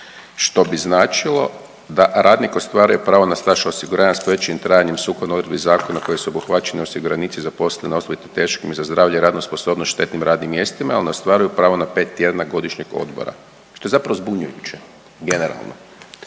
što bi značilo da radnik ostvaruje pravo na staž osiguranja s povećanim trajanjem sukladno odredbi zakona koje su obuhvaćeni osiguranici i zaposlene osobe te teškim i za zdravlje radnu sposobnost štetnim radnim mjestima oni ostvaruju pravo na pet tjedana godišnjeg odmora što je zapravo zbunjujuće generalno.